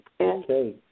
okay